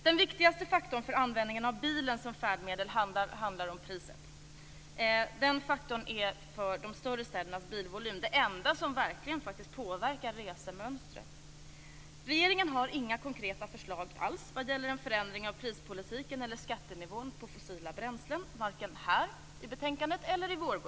Den viktigaste faktorn för användningen av bilen som färdmedel är priset. Den faktorn är för de större städernas bilvolym den enda som verkligen påverkar resemönstret. Det finns varken här i betänkandet eller i vårbudgeten några konkreta förslag vad gäller en förändring av prispolitiken eller skattenivån på fossila bränslen.